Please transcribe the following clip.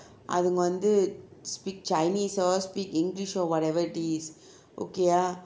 அவர்கள் வந்து:avarkal vanthu speak chinese or speak english or whatever it is okay ah